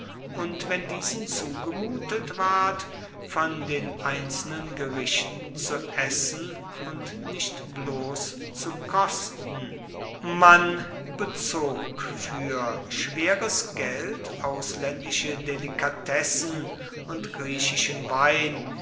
und wenn diesen zugemutet ward von den einzelnen gerichten zu essen und nicht bloß zu kosten man bezog für schweres geld ausländische delikatessen und griechischen wein